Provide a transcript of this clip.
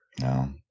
No